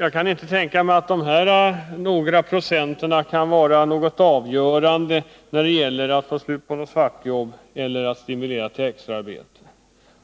Jag kan inte tänka mig att dessa få procent kan vara avgörande när det gäller att få slut på svartjobb eller att stimulera till extra arbete.